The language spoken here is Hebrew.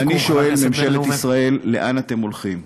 ואני שואל, ממשלת ישראל, לאן אתם הולכים?